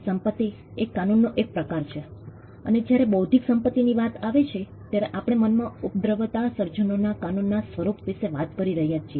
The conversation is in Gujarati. સંપત્તિ એ કાનૂનનો એક પ્રકાર છે અને જ્યારે બૌદ્ધિક સંપત્તિની વાત આવે છે ત્યારે આપણે મનમાં ઉદ્ભવતા સર્જનોના કાનૂનના સ્વરૂપ વિશે વાત કરી રહ્યા છીએ